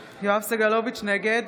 סגלוביץ' נגד